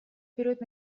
берет